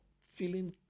feeling